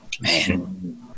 Man